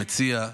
המציע,